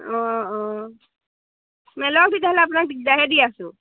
অঁ অঁ তেতিয়াহ'লে আপোনাক দিগদাৰ হে দি আছোঁ